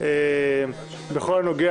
בכל הנוגע